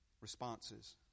Responses